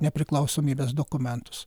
nepriklausomybės dokumentus